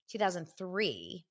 2003 –